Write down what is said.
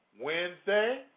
Wednesday